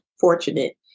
fortunate